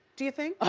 do you think? ah